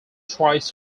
tries